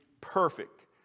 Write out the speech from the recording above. perfect